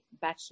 bachelor